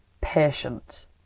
patient